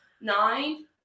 nine